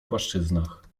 płaszczyznach